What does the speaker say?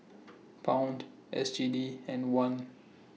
Pound S G D and Won